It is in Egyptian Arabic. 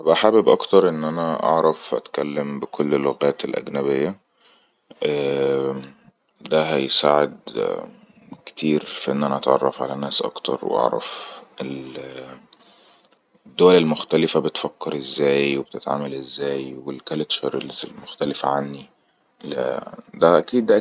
حابب اكتر ان اعرف اتكلم بكل اللغات الاجنبية عع ده هيساعد كتير في ان اتعرف على ناس اكتر وعرف الدول المختلفة بتفكر ازاي وبتتعمل ازاي و الكلتشورل المختلفة عني ده اكيد